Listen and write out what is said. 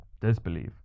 disbelief